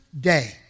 Day